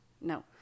No